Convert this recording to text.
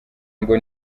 ngo